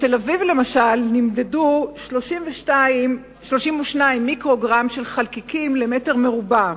בתל-אביב למשל נמדדו 32 מיקרוגרם של חלקיקים למטר מעוקב,